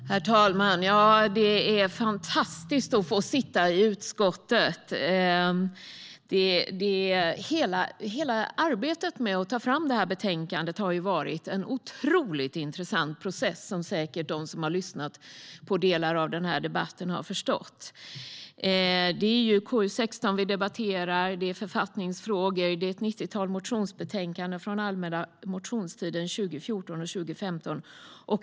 Herr talman! Det är fantastiskt att få sitta i konstitutionsutskottet. Hela arbetet med att ta fram detta betänkande har varit en otroligt intressant process, som säkert de som har lyssnat på delar av denna debatt har förstått. Det är KU16 vi debatterar, om författningsfrågor. Det behandlar ett nittiotal motionsyrkanden från allmänna motionstiden 2014 och 2015.